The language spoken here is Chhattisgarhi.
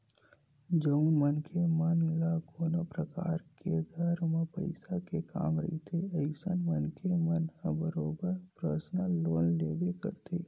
जउन मनखे मन ल कोनो परकार के घर म पइसा के काम रहिथे अइसन मनखे मन ह बरोबर परसनल लोन लेबे करथे